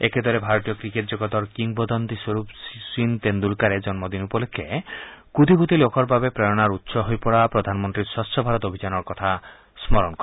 একেদৰে ভাৰতীয় ক্ৰিকেট জগতৰ কিংবদন্তিস্বৰূপ শচীন তেণ্ডুলকাৰে জন্ম দিন উপলক্ষে কোটি কোটি লোকৰ বাবে প্ৰেণাৰ উৎস হৈ পৰা প্ৰধানমন্ত্ৰীৰ স্বচ্ছ ভাৰত অভিযানৰ কথা স্মৰণ কৰে